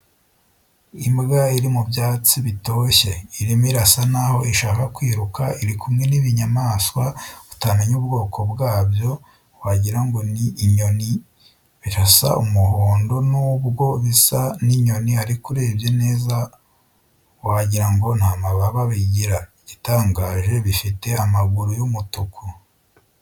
Imbwa iri mu byatsi bitoshye, irimo irasa naho ishaka kwiruka, iri kumwe n'ibinyamaswa utamenya ubwoko bwayo wagira ngo ni inyoni, birasa umuhondo. Nubwo bisa n'inyoni ariko urebye neza wagira ngo nta mababa bigira, igitangaje bifite amaguru y'umutuku.